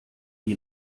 wie